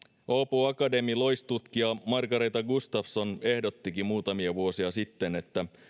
åbo akademin loistutkija margaretha gustafsson ehdottikin muutamia vuosia sitten että